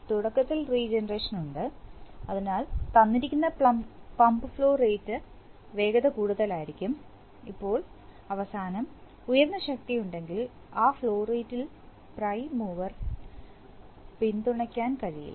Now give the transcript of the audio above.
അതിനാൽ തുടക്കത്തിൽ റീജനറേഷൻ ഉണ്ട് അതിനാൽ തന്നിരിക്കുന്ന പമ്പ് ഫ്ലോ റേറ്റ് വേഗത കൂടുതലായിരിക്കും ഇപ്പോൾ അവസാനം ഉയർന്ന ശക്തിയുണ്ടെങ്കിൽ ആ ഫ്ലോ റേറ്റിൽ പ്രൈം മൂവർ ന്യൂ പിന്തുണയ്ക്കാൻ കഴിയില്ല